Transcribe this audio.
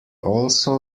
also